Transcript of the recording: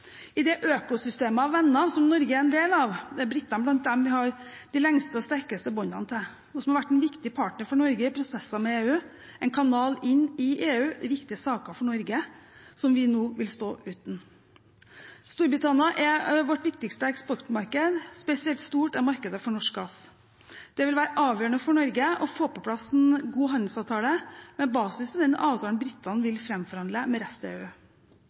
I det økosystemet av venner som Norge er en del av, er britene blant dem vi har de lengste og sterkeste båndene til, og som har vært en viktig partner for Norge i prosesser med EU, en kanal inn i EU i viktige saker for Norge, som vi nå vil stå uten. Storbritannia er vårt viktigste eksportmarked; spesielt stort er markedet for norsk gass. Det vil være avgjørende for Norge å få på plass en god handelsavtale med basis i den avtalen britene vil framforhandle med